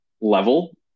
level